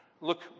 Look